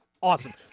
Awesome